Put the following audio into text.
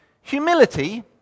Humility